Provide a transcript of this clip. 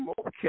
Okay